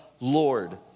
Lord